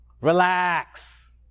Relax